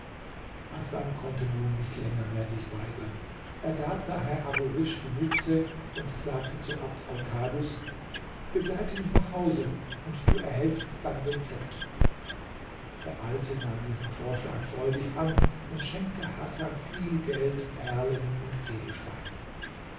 hasan konnte nun nicht länger mehr sich weigern er gab daher abu risch die mütze und sagte zu abd alkadus begleite mich nach hause und du erhältst dann den zepter der alte nahm diesen vorschlag freudig an und schenkte hasan viel geld perlen und edelsteine